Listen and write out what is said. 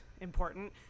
important